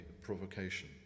provocation